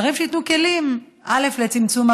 דברים שייתנו כלים, א.